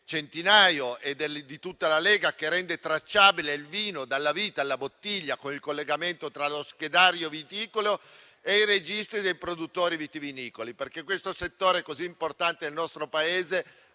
Centinaio e di tutta la Lega che rende tracciabile il vino, dalla vite alla bottiglia, con il collegamento tra lo schedario viticolo e i registri dei produttori vitivinicoli. Tale misura è volta a far sì che in questo settore, così importante per il nostro Paese,